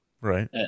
right